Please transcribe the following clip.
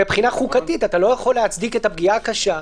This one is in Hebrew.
מבחינה חוקתית אתה לא יכול להצדיק את הפגיעה הקשה,